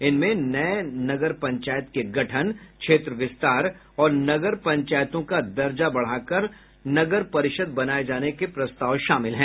इनमें नये नगर पंचायत के गठन क्षेत्र विस्तार और नगर पंचायतों का दर्जा बढ़ाकर नगर परिषद बनाये जाने के प्रस्ताव शामिल हैं